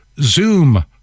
Zoom